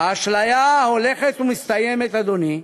האשליה הולכת ומסתיימת, אדוני.